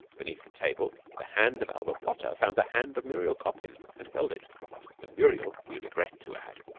beneath the table the hand of albert potter found the hand of muriel coppin, and held it and muriel, we regret to add,